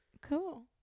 Cool